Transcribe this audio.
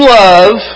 love